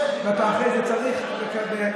ואתה אחרי זה צריך להחזיר.